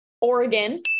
Oregon